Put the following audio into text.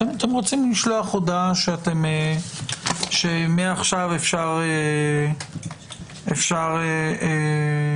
אתם רוצים לשלוח הודעה שמעכשיו אפשר לרשום.